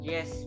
Yes